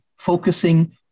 focusing